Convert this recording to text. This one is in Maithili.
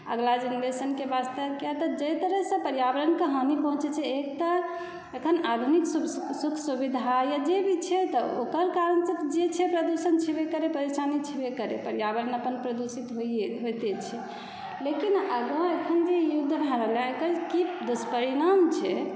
अगला जेनरेशनके वास्ते कियातऽ जाहिसॅं तरहसे पर्यावरणके हानि पहुँचै छै एक तऽ एखन आदमीक सुख सुविधा या जे भी छै तऽ ओकर कारण तऽ जे भी छै प्रदुषण छैबे करै परेशानी छैबे करै पर्यावरण अपन प्रदूषित होइते छै लेकिन आगाँ एखन जे युद्ध भेलै एकर की दुष्परिणाम छै